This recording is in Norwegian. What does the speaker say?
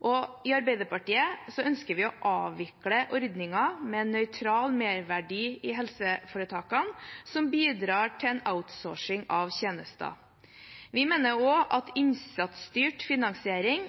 Vi i Arbeiderpartiet ønsker å avvikle ordningen med nøytral merverdiavgift i helseforetakene, som bidrar til outsourcing av tjenester. Vi mener også at innsatsstyrt finansiering